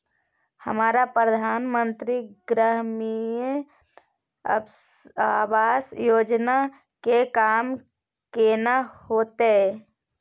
हमरा प्रधानमंत्री ग्रामीण आवास योजना के काम केना होतय?